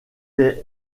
est